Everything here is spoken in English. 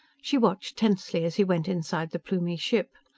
she watched tensely as he went inside the plumie ship.